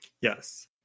yes